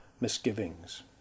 misgivings